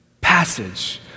passage